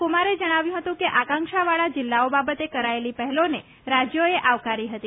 કુમારે જણાવ્યું હતું કે આકાંક્ષાવાળા જિલ્લાઓ બાબતે કરાયેલી પહેલોને રાજ્યોએ આવકારી હતી